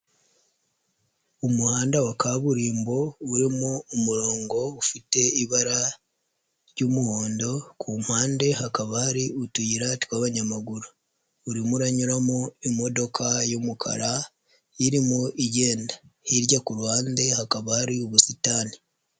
Umuhanda wa kaburimbo urimo umurongo ufite ibara ry'umuhondo ku mpande hakaba hari utuyira tw'abanyamaguru, urimo uranyuramo imodoka y'umukara irimo igenda, hirya ku ruhande hakaba hari ubusitani.